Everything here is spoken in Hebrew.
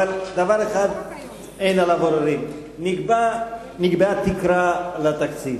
אבל דבר אחד אין עליו עוררין: נקבעה תקרה לתקציב.